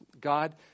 God